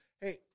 Hey